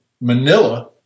Manila